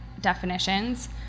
definitions